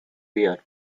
year